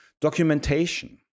documentation